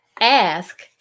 ask